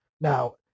now